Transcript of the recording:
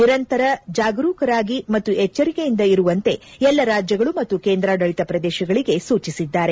ನಿರಂತರ ಜಾಗರೂಕರಾಗಿ ಮತ್ತು ಎಚ್ಚರಿಕೆಯಿಂದಿರುವಂತೆ ಎಲ್ಲ ರಾಜ್ಯಗಳು ಮತ್ತು ಕೇಂದ್ರಾಡಳಿತ ಪ್ರದೇಶಗಳಿಗೆ ಸೂಚಿಸಿದ್ದಾರೆ